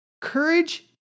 Courage